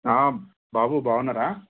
బాబు బాగున్నారా